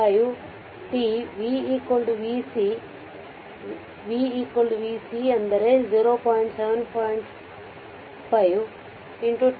5tv v c v v c 0